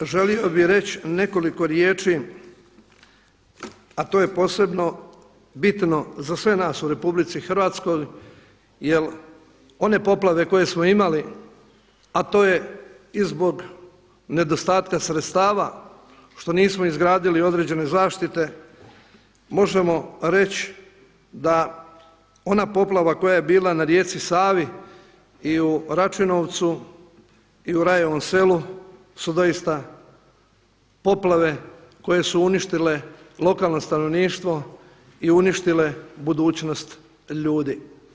Također želio bih reći nekoliko riječi, a to je posebno bitno za sve nas u Republici Hrvatskoj jer one poplave koje smo imali a to je i zbog nedostatka sredstava što nismo izgradili određene zaštite možemo reći da ona poplava koja je bila na rijeci Savi i u Račinovcu i u Rajevom selu su doista poplave koje su uništile lokalno stanovništvo i uništile budućnost ljudi.